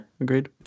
agreed